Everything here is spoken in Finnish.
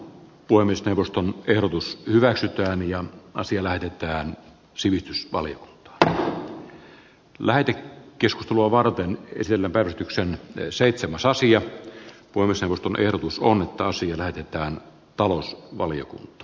voimistelusta ehdotus hyväksytään ja asia lähetetään sivistysvalio tähyää lähde keskustelua varten esillä päivityksen seitsemäs asia on savuton ehdotus suomen kausi lähetettävän talous mahtumaan